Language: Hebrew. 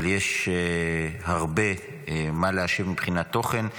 אבל יש הרבה מה להשיב מבחינת תוכן.